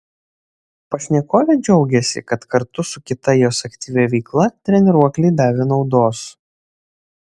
pašnekovė džiaugėsi kad kartu su kita jos aktyvia veikla treniruokliai davė naudos